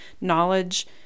knowledge